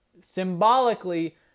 Symbolically